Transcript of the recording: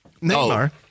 Neymar